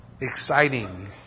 exciting